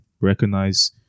recognize